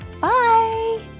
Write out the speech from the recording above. Bye